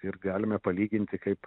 ir galime palyginti kaip